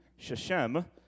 Sheshem